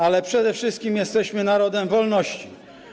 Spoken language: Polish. Ale przede wszystkim jesteśmy narodem wolności.